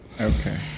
Okay